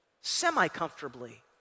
semi-comfortably